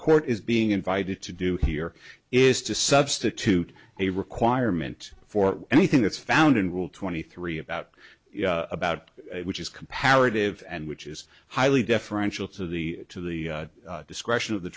court is being invited to do here is to substitute a requirement for anything that's found in rule twenty three about about which is comparative and which is highly deferential to the to the discretion of the